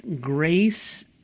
grace